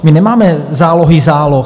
My nemáme zálohy záloh.